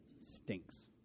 stinks